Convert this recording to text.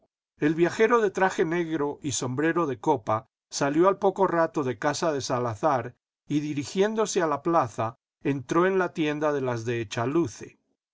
el viajero de traje negro y sombrero de copa salió al poco rato de casa de salazar y dirigiéndose a la plaza entró en la tienda de las